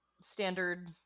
standard